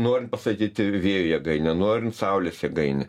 norint pastatyti vėjo jėgainę norint saulės jėgainę